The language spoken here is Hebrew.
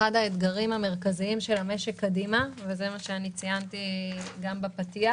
אחד האתגרים המרכזיים של המשק קדימה וכך ציינתי גם בפתיח